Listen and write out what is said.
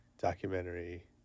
documentary